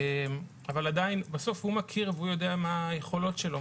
אבל בסוף הוא מכיר והוא יודע מה היכולות שלו,